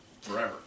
forever